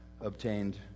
obtained